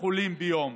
חולים ביום.